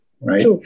right